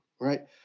right